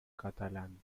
catalán